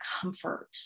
comfort